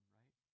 right